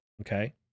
Okay